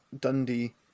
Dundee